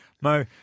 Mo –